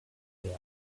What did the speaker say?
asked